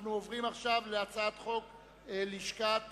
אנחנו עוברים עכשיו להצעת חוק לשכת